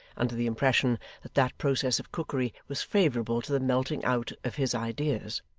under the impression that that process of cookery was favourable to the melting out of his ideas,